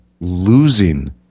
losing